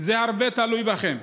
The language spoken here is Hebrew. זה הרבה תלוי בכם.